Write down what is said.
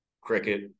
cricket